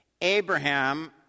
Abraham